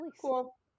Cool